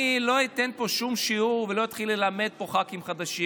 אני לא אתן פה שום שיעור ולא אתחיל ללמד פה ח"כים חדשים.